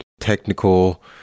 technical